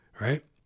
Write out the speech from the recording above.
Right